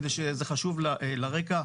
כי זה חשוב לרקע.